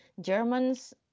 germans